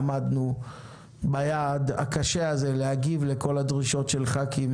עמדנו ביעד הקשה להגיב לכל הדרישות של ח"כים